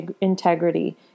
integrity